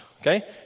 okay